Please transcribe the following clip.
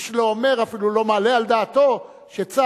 איש לא אומר ואפילו לא מעלה על דעתו שצה"ל